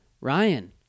Ryan